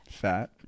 fat